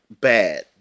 bad